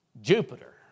Jupiter